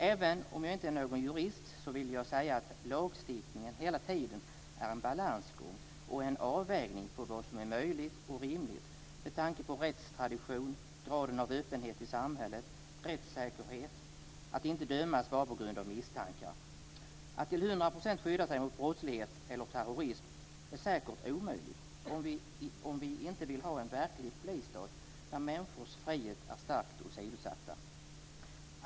Även om jag inte är någon jurist vill jag säga att lagstiftningen hela tiden är en balansgång och en avvägning mellan vad som är möjligt och rimligt med tanke på rättstradition, graden av öppenhet i samhället, rättssäkerhet och att människor inte ska dömas bara på grund av misstankar. Att till hundra procent skydda sig mot brottslighet eller terrorism är säkert omöjligt om vi inte vill ha en verklig polisstat där människors frihet är starkt åsidosatt.